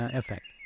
effect